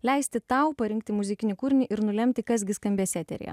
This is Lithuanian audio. leisti tau parinkti muzikinį kūrinį ir nulemti kas gi skambės eteryje